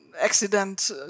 accident